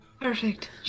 Perfect